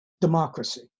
democracy